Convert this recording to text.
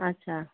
अच्छा